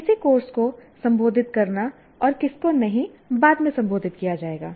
किस कोर्स को संबोधित करना है और किसको नहीं बाद में संबोधित किया जाएगा